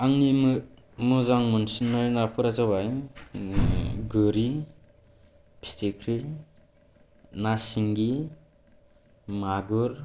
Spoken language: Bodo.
आंनि मोजां मोनसिननाय नाफोरा जाबाय गोरि फिथिख्रि ना सिंगि मागुर